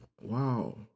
Wow